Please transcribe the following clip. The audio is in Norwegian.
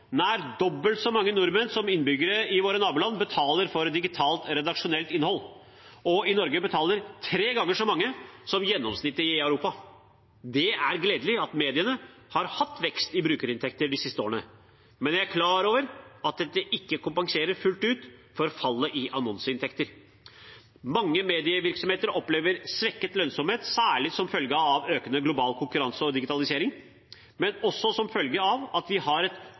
Nær dobbelt så mange nordmenn som innbyggere i våre naboland, betaler for digitalt redaksjonelt innhold, og i Norge betaler tre ganger så mange som gjennomsnittet i Europa. Det er gledelig at mediene har hatt vekst i brukerinntekter de siste årene, men jeg er klar over at dette ikke kompenserer fullt ut for fallet i annonseinntekter. Mange medievirksomheter opplever svekket lønnsomhet, særlig som følge av økende global konkurranse og digitalisering, men også som følge av at vi har et